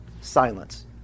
Silence